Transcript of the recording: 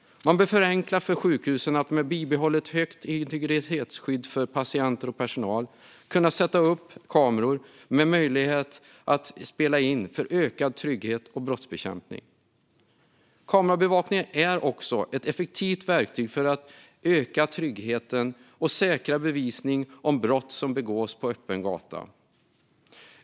Man bör förenkla för sjukhusen att med bibehållet högt integritetsskydd för patienter och personal sätta upp kameror med möjlighet att spela in, för ökad trygghet och brottsbekämpning. Kamerabevakning är också ett effektivt verktyg för att öka tryggheten och säkra bevisning i samband med brott som begås på öppen gata.